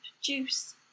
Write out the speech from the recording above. juice